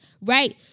right